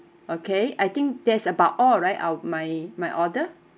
okay I think that's about all right of my my order